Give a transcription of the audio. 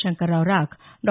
Shankarrao Rakh Dr